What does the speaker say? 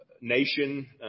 nation